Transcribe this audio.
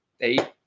eight